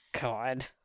God